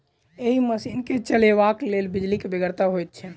एहि मशीन के चलयबाक लेल बिजलीक बेगरता होइत छै